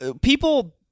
People